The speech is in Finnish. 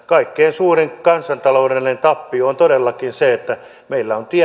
kaikkein suurin kansantaloudellinen tappio on todellakin se että meillä on